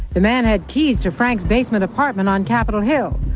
the man had keys to frank's basement apartment on capitol hill.